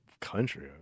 country